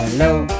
Hello